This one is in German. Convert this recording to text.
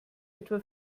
etwa